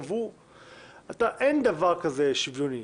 אין דבר כזה שוויוני.